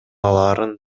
алаарын